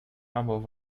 ambos